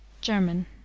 German